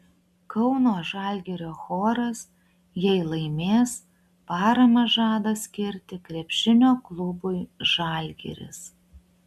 kauno žalgirio choras jei laimės paramą žada skirti krepšinio klubui žalgiris